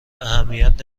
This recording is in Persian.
اهمیت